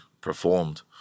performed